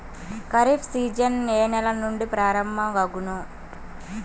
Kharif season ఏ నెల నుండి ప్రారంభం అగును?